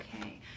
okay